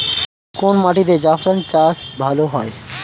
কোন মাটিতে জাফরান চাষ ভালো হয়?